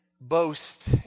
boast